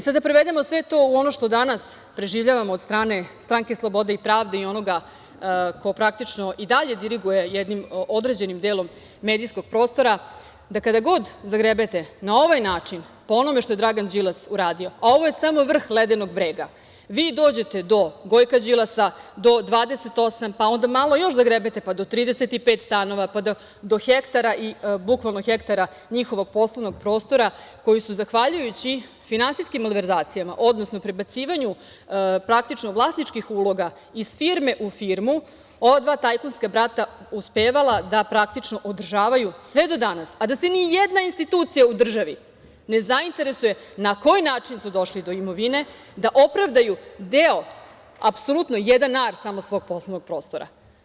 Sada da prevedemo sve to u ono što danas preživljavamo od strane Stranke slobode i pravde i onoga ko praktično i dalje diriguje jednim određenim delom medijskog prostora, da kada god zagrebete na ovaj način po onome što je Dragan Đilas uradio, a ovo je samo vrh ledenog brega, vi dođete do Gojka Đilasa, do 28, pa onda malo još zagrebete, pa do 35 stanova, pa do hektara i bukvalno hektara njihovog poslovnog prostora koji su zahvaljujući finansijskim malverzacijama, odnosno prebacivanju praktično vlasničkih uloga iz firme u firmu ova dva tajkunska brata uspevala da praktično održavaju sve do danas, a da se ni jedna institucija u državi ne zainteresuje na koji način su došli do imovine da opravdaju deo, apsolutno jedan ar samo svog poslovnog prostora.